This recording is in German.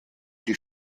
die